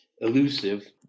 elusive